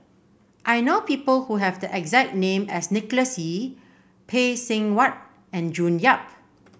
I know people who have the exact name as Nicholas Ee Phay Seng Whatt and June Yap